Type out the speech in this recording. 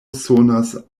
sonas